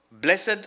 blessed